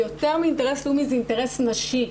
ויותר מאינטרס לאומי זה אינטרס נשי.